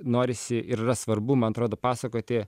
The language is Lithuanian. norisi ir yra svarbu man atrodo pasakoti